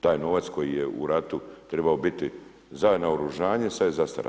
Taj novac koji je u ratu trebao biti za naoružanje, sada je zastara.